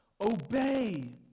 obey